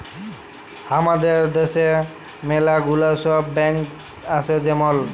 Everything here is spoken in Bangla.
হামাদের দ্যাশে ম্যালা গুলা সব ব্যাঙ্ক আসে যেমল